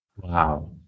Wow